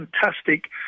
fantastic